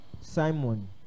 Simon